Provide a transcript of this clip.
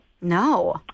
No